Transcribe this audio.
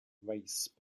race